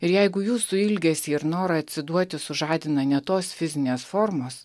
ir jeigu jūsų ilgesį ir norą atsiduoti sužadina ne tos fizinės formos